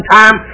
time